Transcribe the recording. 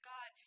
God